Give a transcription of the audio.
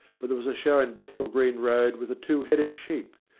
but there was a show in bethnal green road with a two-headed sheep.